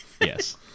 Yes